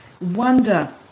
wonder